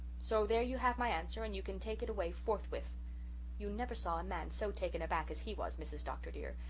so there you have my answer and you can take it away forthwith you never saw a man so taken aback as he was, mrs. dr. dear.